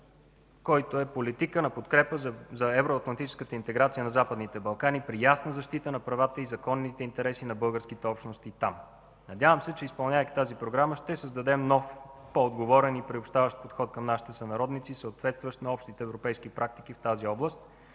който е политика на подкрепа за евроатлантическата интеграция на Западните Балкани при ясна защита на правата и законните интереси на българските общности там. Надявам се, че изпълнявайки тази програма, ще дадем нов, по-отговорен и приобщаващ подход към нашите сънародници, съответстващ на общите европейски практики в тази област